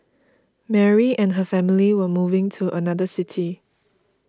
Mary and her family were moving to another city